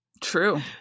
True